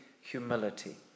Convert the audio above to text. humility